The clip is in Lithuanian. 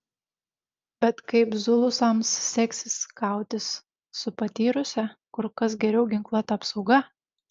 bet kaip zulusams seksis kautis su patyrusia kur kas geriau ginkluota apsauga